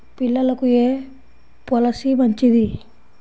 పిల్లలకు ఏ పొలసీ మంచిది?